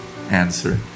answer